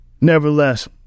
Nevertheless